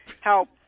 help